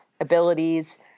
abilities